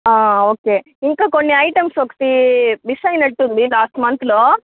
okay ఇంకా కొన్ని items ఒకటి మిస్ అయినట్టుంది లాస్ట్ మంత్లో